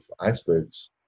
icebergs